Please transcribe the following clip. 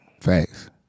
Facts